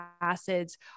acids